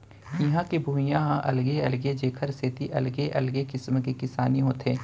इहां के भुइंया ह अलगे अलगे हे जेखर सेती अलगे अलगे किसम के किसानी होथे